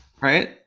Right